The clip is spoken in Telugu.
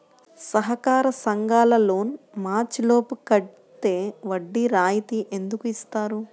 సహకార సంఘాల లోన్ మార్చి లోపు కట్టితే వడ్డీ రాయితీ ఎందుకు ఇస్తుంది?